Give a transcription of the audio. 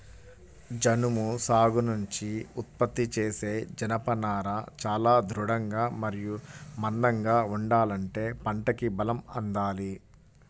జనుము సాగు నుంచి ఉత్పత్తి చేసే జనపనార చాలా దృఢంగా మరియు మందంగా ఉండాలంటే పంటకి బలం అందాలి